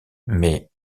mais